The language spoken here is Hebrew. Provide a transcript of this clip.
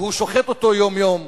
כשהוא שוחט אותו יום יום.